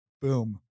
Boom